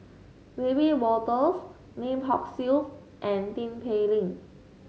Wiebe Wolters Lim Hock Siew and Tin Pei Ling